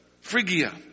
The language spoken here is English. Phrygia